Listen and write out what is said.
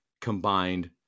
combined